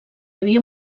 havia